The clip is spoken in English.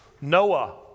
Noah